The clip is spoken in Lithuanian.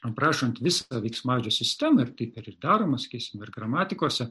aprašant visą veiksmažodžio sistemą ir taip ir daroma skysime ir gramatikose